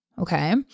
Okay